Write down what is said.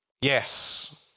yes